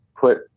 put